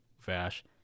vash